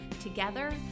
together